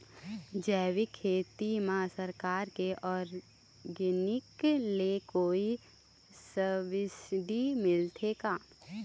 जैविक खेती म सरकार के ऑर्गेनिक ले कोई सब्सिडी मिलथे का?